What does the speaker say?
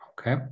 okay